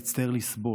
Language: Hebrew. להצטער, לסבול.